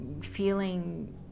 feeling